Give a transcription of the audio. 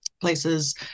places